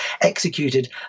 executed